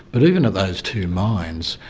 but even at those two mines,